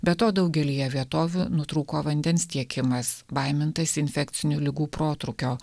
be to daugelyje vietovių nutrūko vandens tiekimas baimintasi infekcinių ligų protrūkio